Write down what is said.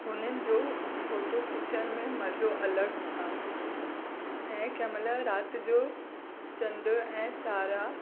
हुनिन जो फोटो खिचण में मज़ो अलॻि आहे ऐं कंहिं महिल राति जो चंडु ऐं तारा